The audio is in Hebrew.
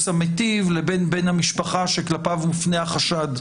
המיטיב לבין בן המשפחה שכלפיו מופנה החשד.